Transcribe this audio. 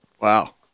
Wow